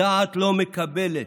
הדעת לא מקבלת